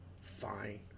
Fine